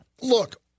look